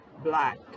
black